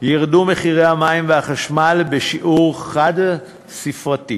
ירדו מחירי המים והחשמל בשיעור דו-ספרתי.